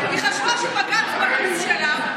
היא חשבה שבג"ץ בכיס שלה,